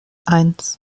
eins